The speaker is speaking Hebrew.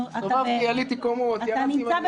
הסתובבתי, עליתי קומות, ירדתי מדרגות.